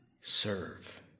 serve